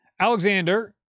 Alexander